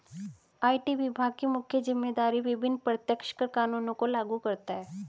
IT विभाग की मुख्य जिम्मेदारी विभिन्न प्रत्यक्ष कर कानूनों को लागू करता है